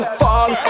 fall